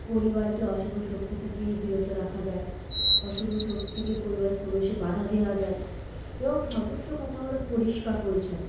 পরিবারকে অশুভ শক্তি থেকে বিরত রাখা যায় অশুভ শক্তিকে পরিবার প্রবেশে বাধা দেয়া যায় এবং সর্বোচ্চ কথা হলো পরিষ্কার পরিছন্ন